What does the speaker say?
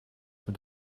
mit